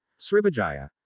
Srivijaya